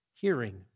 hearing